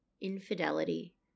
infidelity